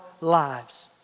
lives